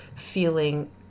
feeling